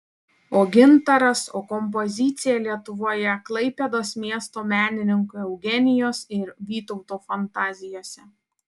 o gintaras o kompozicija lietuvoje klaipėdos miesto menininkų eugenijos ir vytauto fantazijose